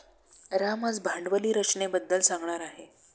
राम आज भांडवली रचनेबद्दल सांगणार आहे